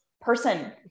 person